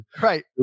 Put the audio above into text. Right